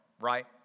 right